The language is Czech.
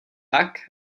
tak